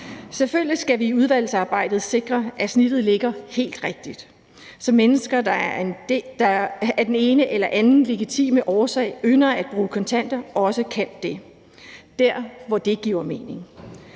Selvfølgelig skal vi i udvalgsarbejdet sikre, at snittet ligger helt rigtigt, så mennesker, der af den ene eller anden legitime årsag ynder at bruge kontanter, også kan gøre det der, hvor det giver mening.